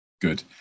good